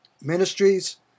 Ministries